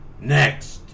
next